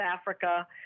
africa